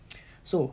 so